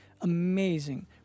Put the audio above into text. amazing